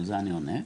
על זה אני עונה.